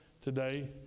today